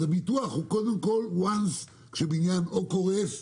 אז הביטוח הוא קודם כול ברגע שבניין, או קורס,